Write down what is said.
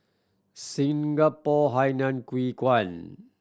Singapore Hainan Hwee Kuan